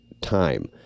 time